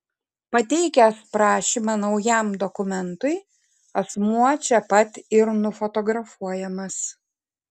pateikęs prašymą naujam dokumentui asmuo čia pat ir nufotografuojamas